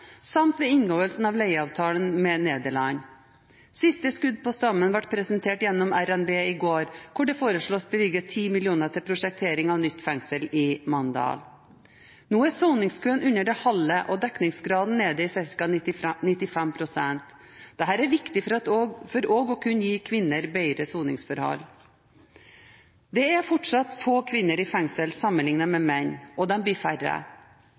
samt ved inngåelsen av leieavtalen med Nederland. Siste skudd på stammen ble presentert gjennom revidert nasjonalbudsjett i går, hvor det foreslås bevilget 10 mill. kr til prosjektering av nytt fengsel i Mandal. Nå er soningskøen under det halve og dekningsgraden nede i ca. 95 pst. Dette er viktig for også å kunne gi kvinner bedre soningsforhold. Det er fortsatt få kvinner i fengsel sammenlignet med menn, og de blir færre.